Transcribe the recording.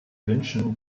wünschen